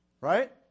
Right